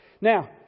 Now